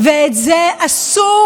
ואת זה אסור,